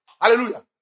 Hallelujah